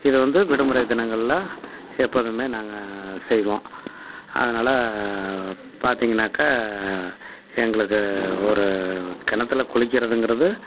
இது வந்து விடுமுறை தினங்களில் எப்போதுமே நாங்கள் செய்வோம் அதனால் பார்த்திங்கன்னாக்கா எங்களுக்கு ஒரு கிணத்துல குளிக்கிறதுங்கிறது